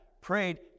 prayed